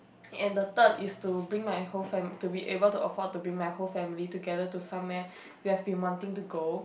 and the third is to bring my whole fam~ to be able to afford to bring my whole family together to somewhere we have been wanting to go